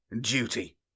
duty